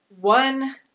One